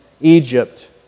Egypt